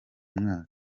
mwaka